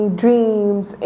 dreams